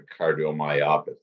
cardiomyopathy